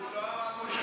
הוא לא אמר "מושחתים".